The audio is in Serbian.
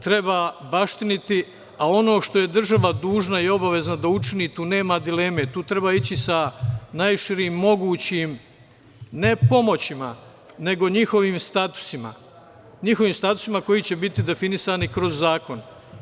Treba baštiniti, a ono što je država dužna i obavezna da učini, tu nema dileme, tu treba ići sa najširim mogućim ne pomoćima, nego njihovim statusima, njihovim statusima koji će biti definisani kroz zakon.